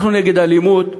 אנחנו נגד אלימות,